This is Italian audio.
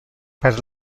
per